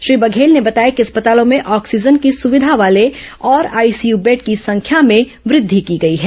श्री बधेल ने बताया कि अस्पतालों में ऑक्सीजन की सुविधा वाले और आईसीयू बेड की संख्या में वृद्धि की गई है